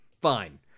Fine